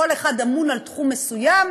כל אחד אמון על תחום מסוים,